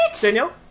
Danielle